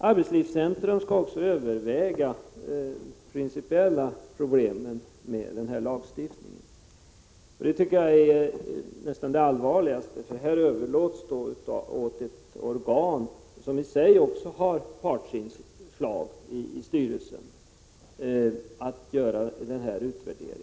Arbetslivscentrum skall också överväga de principiella problemen med den här lagstiftningen. Detta tycker jag nästan är det allvarligaste. Här överlåts alltså åt ett organ, som också självt har partsinslag i styrelsen, att göra denna utvärdering.